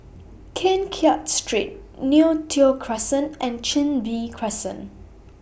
Keng Kiat Street Neo Tiew Crescent and Chin Bee Crescent